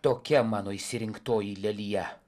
tokia mano išsirinktoji lelija